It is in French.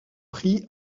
prie